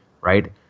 right